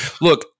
Look